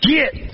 Get